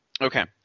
Okay